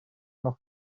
noch